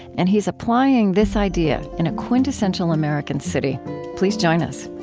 and he's applying this idea in a quintessential american city please join us